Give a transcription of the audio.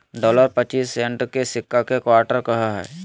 dollar पच्चीस cent के सिक्का के क्वार्टर कहो हइ